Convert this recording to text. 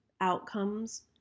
outcomes